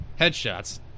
Headshots